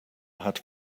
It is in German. hat